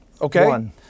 Okay